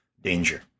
danger